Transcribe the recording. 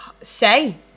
say